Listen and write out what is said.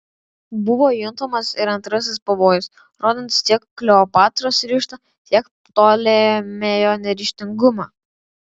buvo juntamas ir antrasis pavojus rodantis tiek kleopatros ryžtą tiek ptolemėjo neryžtingumą